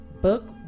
Book